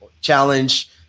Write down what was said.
challenge